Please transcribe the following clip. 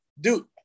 Dude